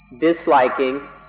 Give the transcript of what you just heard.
disliking